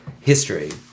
history